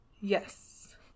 Yes